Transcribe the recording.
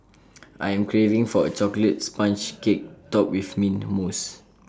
I am craving for A Chocolate Sponge Cake Topped with Mint Mousse